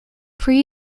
pre